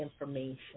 information